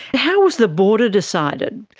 how was the border decided?